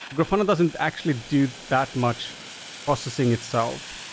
grafana doesn't actually do that much processing itself.